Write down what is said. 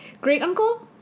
great-uncle